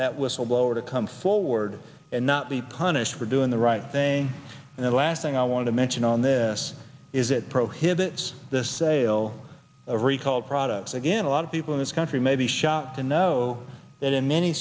that whistleblower to come forward and not be punished for doing the right thing and the last thing i want to mention on this is it prohibits the sale of recall products again a lot of people in this country may be shocked to know that in many